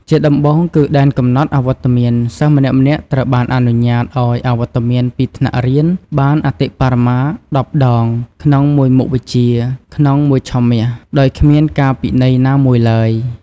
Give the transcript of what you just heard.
ជាដំបូងគឺ ដែនកំណត់អវត្តមាន សិស្សម្នាក់ៗត្រូវបានអនុញ្ញាតឱ្យអវត្តមានពីថ្នាក់រៀនបាន អតិបរមា ១០ ដង ក្នុងមួយមុខវិជ្ជាក្នុងមួយឆមាស ដោយគ្មានការពិន័យណាមួយឡើយ។